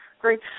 great